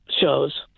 shows